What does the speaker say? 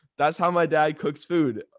that's how my dad cooks food.